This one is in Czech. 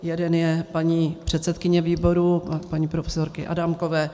Jeden je paní předsedkyně výboru, paní profesorky Adámkové.